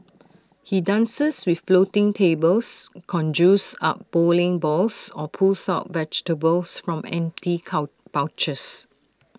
he dances with floating tables conjures up bowling balls or pulls out vegetables from empty cow pouches